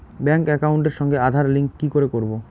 Bank একাউন্টের সঙ্গে Aadhaar link কি করে করবো?